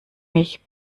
mich